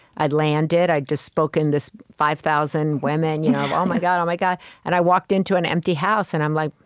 i'd landed i'd just spoken, this five thousand women, you know oh, my god, oh, my god and i walked into an empty house, and i'm like,